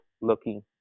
looking